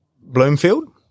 Bloomfield